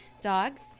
dogs